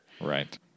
Right